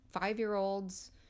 five-year-olds